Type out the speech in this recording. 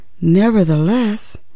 Nevertheless